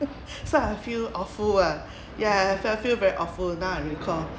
so I feel awful ah ya I feel I feel very awful now I recall